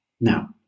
Now